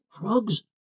drugs